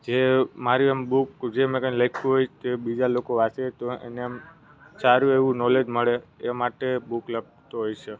જે એમ મારી બુક જે મેં કઈ લખ્યું હોય તે બીજા લોકો વાંચે તો એને આમ સારું એવું નોલેજ મળે એ માટે બુક લખતો હોય છે